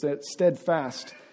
steadfast